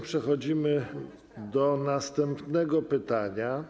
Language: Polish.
Przechodzimy do następnego pytania.